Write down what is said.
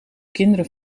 kinderen